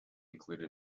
include